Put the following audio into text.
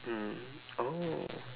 mm oh